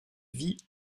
vit